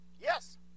Yes